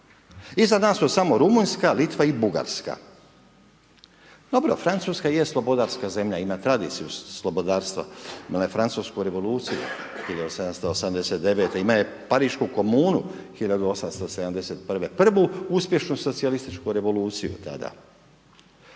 Iza nas su samo Rumunjska, Litva i Bugarska. Dobro, Francuska je slobodarska zemlja, ima tradiciju slobodarstva, imala je Francusku revoluciju 1789. Imala je Parišku komunu 1871. prvu uspješnu socijalističku revoluciju tada.